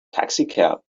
taxicab